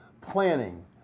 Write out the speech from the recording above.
planning